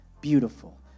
beautiful